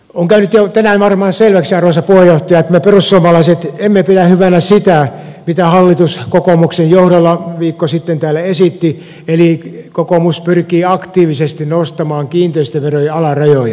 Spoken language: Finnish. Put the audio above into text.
on käynyt jo tänään varmaan selväksi arvoisa puheenjohtaja että me perussuomalaiset emme pidä hyvänä sitä mitä hallitus kokoomuksen johdolla viikko sitten täällä esitti eli kokoomus pyrkii aktiivisesti nostamaan kiinteistöverojen alarajoja